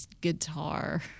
guitar